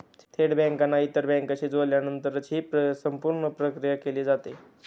थेट बँकांना इतर बँकांशी जोडल्यानंतरच ही संपूर्ण प्रक्रिया केली जाते